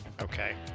Okay